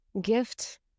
gift